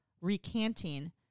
recanting